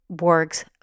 works